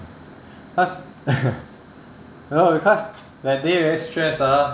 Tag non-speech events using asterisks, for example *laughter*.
cause *laughs* no cause that day very stress ah